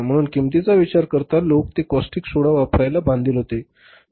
म्हणून किंमतीचा विचार करता लोक ते कास्टिक सोडा वापरायला बांधील होते